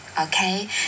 Okay